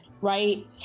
right